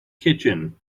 kitchen